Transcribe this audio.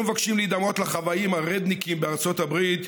איננו מבקשים להידמות לחוואים ה-rednecks בארצות הברית,